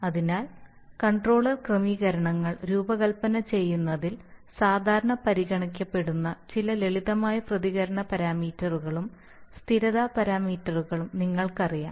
അതിനാൽ കൺട്രോളർ ക്രമീകരണങ്ങൾ രൂപകൽപ്പന ചെയ്യുന്നതിൽ സാധാരണ പരിഗണിക്കപ്പെടുന്ന ചില ലളിതമായ പ്രതികരണ പാരാമീറ്ററുകളും സ്ഥിരത പാരാമീറ്ററുകളും നിങ്ങൾക്കറിയാം